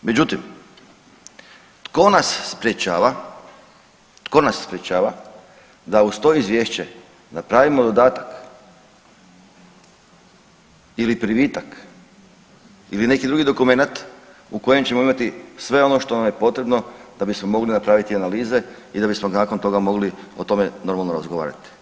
Međutim, tko nas sprječava, tko nas sprječava da uz to izvješće napravimo dodatak ili privitak ili neki drugi dokumenat u kojem ćemo imati sve ono što nam je potrebno da bismo mogli napraviti analize i da bismo nakon toga mogli o tome normalno razgovarati.